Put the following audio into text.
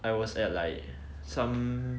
I was at like some